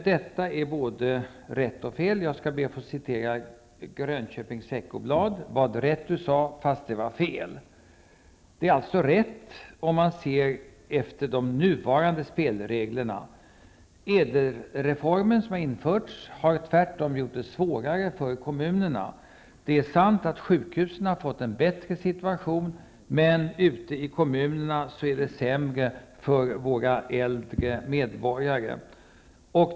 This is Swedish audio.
Detta är både rätt och fel. Jag skall be att få citera Grönköpings Veckoblad: Vad rätt du sade fast det var fel. Det är alltså rätt om man ser till de nuvarande spelreglerna. ÄDEL-reformen som har genomförts har tvärtom gjort det svårare för kommunerna. Det är sant att sjukhusen har fått en bättre situation, men ute i kommunerna har situationen blivit sämre för våra äldre medborgare.